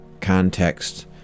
context